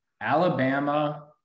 Alabama